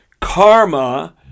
karma